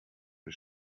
für